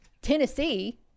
Tennessee